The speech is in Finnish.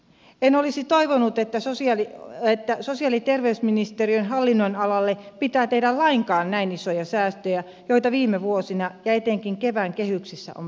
en olisi toivonut että sosiaali ja terveysministeriön hallinnonalalle pitää tehdä lainkaan näin isoja säästöjä joita viime vuosina ja etenkin kevään kehyksissä on päätetty